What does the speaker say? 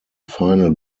final